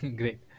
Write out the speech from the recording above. great